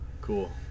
Cool